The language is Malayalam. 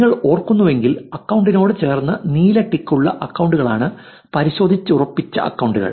നിങ്ങൾ ഓർക്കുന്നുവെങ്കിൽ അക്കൌണ്ടിനോട് ചേർന്ന് നീല ടിക്ക് ഉള്ള അക്കൌണ്ടുകളാണ് പരിശോധിച്ചുറപ്പിച്ച അക്കൌണ്ടുകൾ